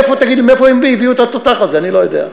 תגיד, מאיפה הביאו את התותח הזה, אני לא יודע.